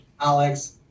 Alex